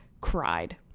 cried